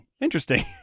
interesting